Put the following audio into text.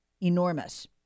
enormous